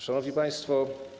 Szanowni Państwo!